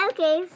Okay